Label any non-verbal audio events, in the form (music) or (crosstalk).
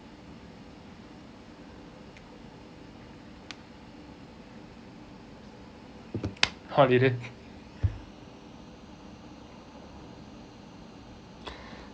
holiday (breath)